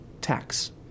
tax